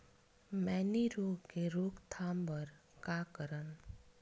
मैनी रोग के रोक थाम बर का करन?